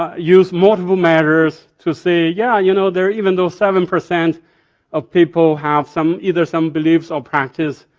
use multiple matters to say, yeah, you know there are even those seven percent of people have some either some beliefs or practice,